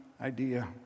idea